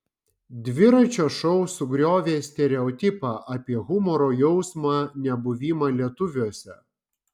dviračio šou sugriovė stereotipą apie humoro jausmą nebuvimą lietuviuose